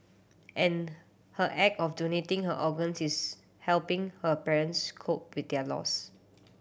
and her act of donating her organs is helping her parents cope with their loss